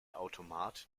automat